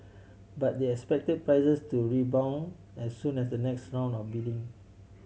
but they expect prices to rebound as soon as the next round of bidding